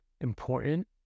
important